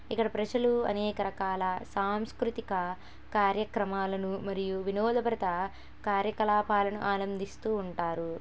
ఇక్కడ ప్రజలు అనేక రకాల సాంస్కృతిక కార్యక్రమాలను మరియు వినోదభరిత కార్యకలాపాలను ఆనందిస్తు ఉంటారు